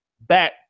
back